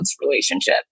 relationship